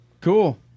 Cool